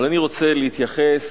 אבל אני רוצה להתייחס